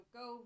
go